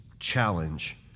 Challenge